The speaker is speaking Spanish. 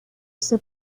ese